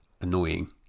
annoying